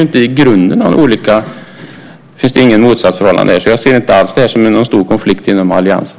I grunden finns inga motsatsförhållanden här. Jag ser inte alls det här som någon stor konflikt inom alliansen.